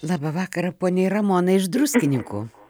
labą vakarą poniai ramonai iš druskininkų